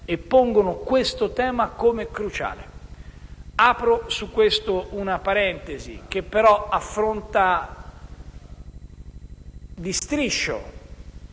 e pongono questo tema come cruciale. Apro su questo una parentesi che, però, affronta di striscio